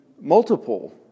multiple